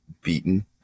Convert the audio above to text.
beaten